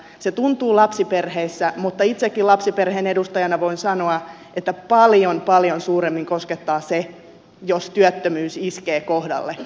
se tuntuu lapsiperheissä mutta itsekin lapsiperheen edustajana voin sanoa että paljon paljon suuremmin koskettaa se jos työttömyys iskee kohdalle